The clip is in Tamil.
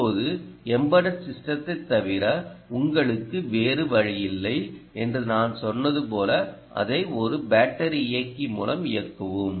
இப்போது எம்பட்டட் சிஸ்டத்தை தவிர உங்களுக்கு வேறு வழியில்லை என்று நான் சொன்னது போல அதை ஒரு பேட்டரி இயக்கி மூலம் இயக்கவும்